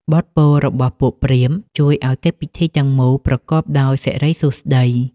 បទពោលរបស់ពួកព្រាហ្មណ៍ ជួយឱ្យកិច្ចពិធីទាំងមូលប្រកបដោយសិរីសួស្ដី។